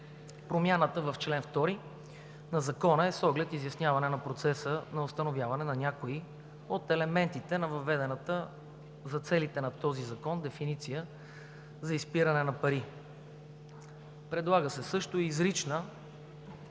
Промяната в чл. 2 на Закона е с оглед изясняване на процеса на установяване на някои от елементите на въведената за целите на този закон дефиниция за изпиране на пари. Предлага се също изрична